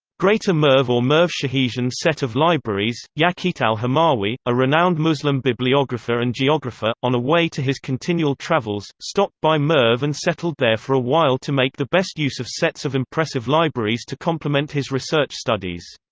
greater merv or merv shahijan set of libraries yaqut al-hamawi, a renowned moslem bibliographer and geographer, on a way to his continual travels, stopped by merv and settled there for a while to make the best use of sets of impressive libraries to complement his research studies.